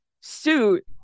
suit